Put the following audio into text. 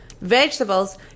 Vegetables